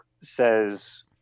says